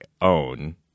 own